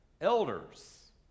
elders